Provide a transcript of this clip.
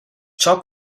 ciò